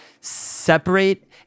separate